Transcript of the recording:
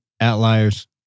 Outliers